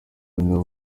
nabo